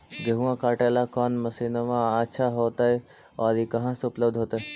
गेहुआ काटेला कौन मशीनमा अच्छा होतई और ई कहा से उपल्ब्ध होतई?